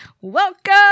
welcome